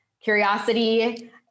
curiosity